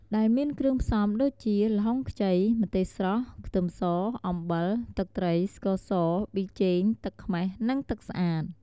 ដែលមានគ្រឿងផ្សំដូចជា ល្ហុងខ្ចី ម្ទេសស្រស់ ខ្ទឹមស អំបិល ទឹកត្រី ស្ករស ប៊ីចេង ទឹកខ្មេះ និងទឹកស្អាត។